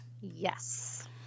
Yes